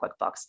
QuickBooks